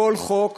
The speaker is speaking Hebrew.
וכל חוק